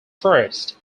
first